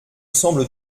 semble